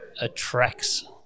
attracts